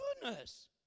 goodness